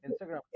Instagram